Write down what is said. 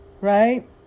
right